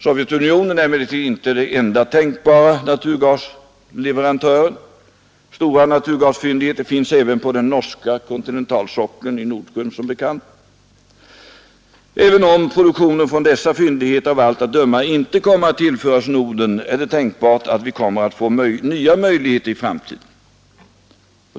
Sovjetunionen är emellertid inte den enda tänkbara naturgasleverantören. Stora naturgasfyndigheter finns som bekant även på den norska kontinentalsockeln i Nordsjön. Även om produktionen från dessa fyndigheter av allt att döma inte kommer att tillföras Norden är det tänkbart att vi kommer att få nya möjligheter i framtiden.